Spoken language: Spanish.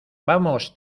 vamos